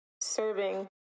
serving